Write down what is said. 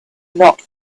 not